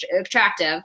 attractive